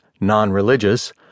non-religious